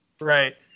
Right